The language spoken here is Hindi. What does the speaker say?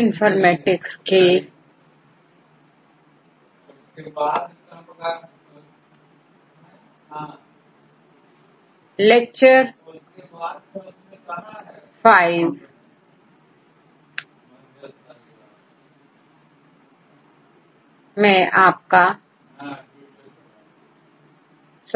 इनके बीच में क्या